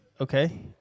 Okay